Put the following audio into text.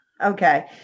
Okay